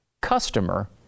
customer